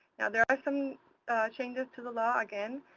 now there are some changes to the law, again,